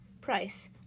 Price